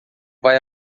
vai